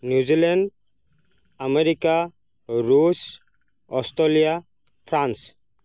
New Zealand America ৰুছ Australia France